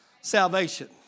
salvation